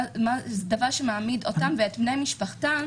זה דבר שמעמיד אותן ואת בני משפחתן